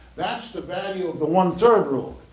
that's the value of the one-third rule.